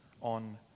on